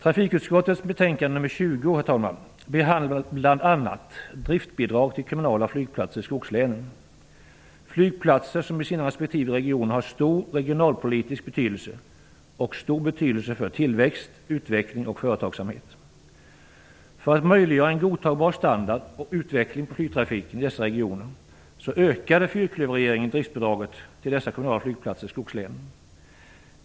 Trafikutskottets betänkande nr 20 behandlar bl.a. driftbidrag till kommunala flygplatser i skogslänen - flygplatser som i respektive regioner har stor regionalpolitisk betydelse och stor betydelse för tillväxt, utveckling och företagsamhet. För att möjliggöra en godtagbar standard och utveckling för flygtrafiken i dessa regioner ökade fyrklöverregeringen driftbidraget till de kommunala flygplatserna i skogslänen.